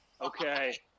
okay